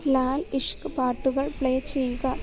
ലാൽ ഇഷ്ക് പാട്ടുകൾ പ്ലേ ചെയ്യുക